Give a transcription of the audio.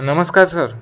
नमस्कार सर